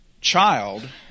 child